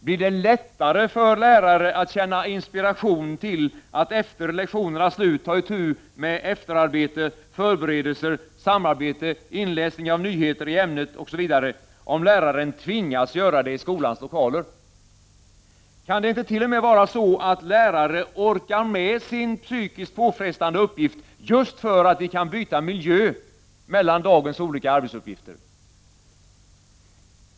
Blir det lättare för lärare att känna inspiration till att efter lektionernas slut ta itu med efterarbete, förberedelser, samarbete, inläsning av nyheter i ämnet osv. om läraren tvingas göra det i skolans lokaler? Kan det inte t.o.m. vara så, att lärare orkar med sin psykiskt påfrestande uppgift just för att de kan byta miljö mellan dagens olika arbetsuppgifter?